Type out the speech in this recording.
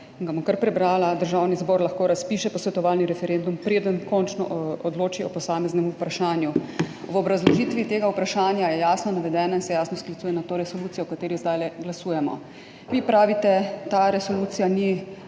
ga bom kar prebrala: »Državni zbor lahko razpiše posvetovalni referendum, preden končno odloči o posameznem vprašanju.« V obrazložitvi tega vprašanja je jasno navedeno in se jasno sklicuje na to resolucijo, o kateri zdaj glasujemo. Vi pravite, ta resolucija ni